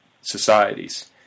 societies